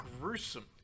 gruesome